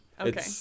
Okay